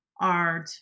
art